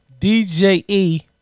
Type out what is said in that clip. dje